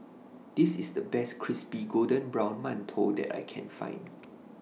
This IS The Best Crispy Golden Brown mantou that I Can Find